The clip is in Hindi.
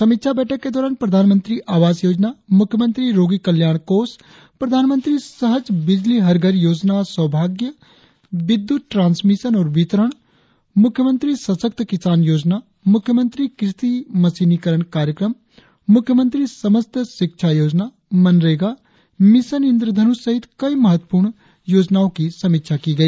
समीक्षा बैठक के दौरान प्रधानमंत्री आवास योजना मुख्यमंत्री रोगी कल्याण कोष प्रधानमंत्री सहज बिजली हर घर योजना सौभाग्य विद्युत ट्रांसमिशन और वितरण मुख्यमंत्री सशक्त किसान योजना मुख्यमंत्री कृषि मशीनीकरण कार्यक्रम मुख्यमंत्री समस्त शिक्षा योजना मनरेगा मिशन इंद्रधनुष सहित कई महत्वपूर्ण योजनाओं की समीक्षा की गई